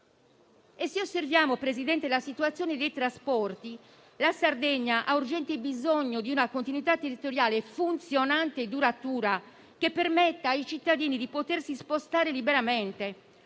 Se osserviamo, Presidente, la situazione dei trasporti, la Sardegna ha urgente bisogno di una continuità territoriale funzionante e duratura, che permetta ai cittadini di spostarsi liberamente,